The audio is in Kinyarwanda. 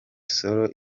sol